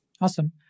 Awesome